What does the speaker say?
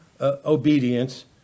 obedience